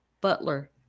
Butler